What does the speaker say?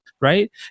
right